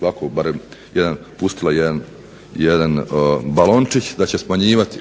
ovako barem, pustila jedan balončić da će smanjivati